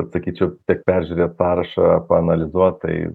atsakyčiau tiek peržiūrėt parašą paanalizuot tai